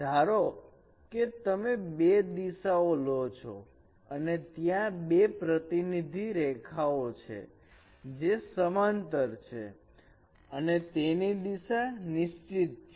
ધારો કે તમે બે દિશા ઓ લો છો અને ત્યાં બે પ્રતિનિધિ રેખાઓ છે જે સમાંતર છે અને તેની દિશા નિશ્ચિત છે